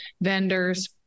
vendors